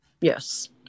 Yes